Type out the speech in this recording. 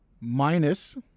Minus